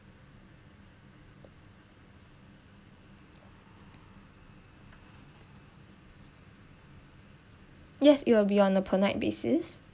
yes it will be on a per night basis